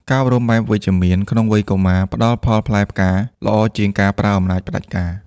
ការអប់រំតាមបែបវិជ្ជមានក្នុងវ័យកុមារ ផ្ដល់ផលផ្លែផ្កាល្អជាងការប្រើអំណាចផ្ដាច់ការ។